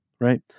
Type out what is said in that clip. Right